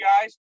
guys